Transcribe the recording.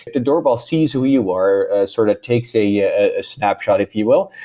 the doorbell sees who you are, sort of takes a ah snapshot, if you will,